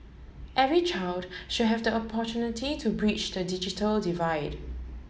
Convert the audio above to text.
every child should have the opportunity to bridge the digital divide